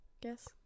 guess